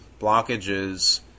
blockages